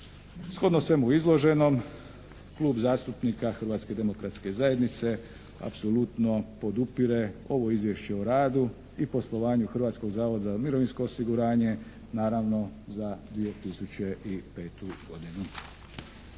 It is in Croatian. Shodno svemu izloženom Klub zastupnik Hrvatske demokratske zajednice apsolutno podupire ovo izvješće o radu i poslovanju Hrvatskog zavoda za mirovinsko osiguranje, naravno za 2005. godinu.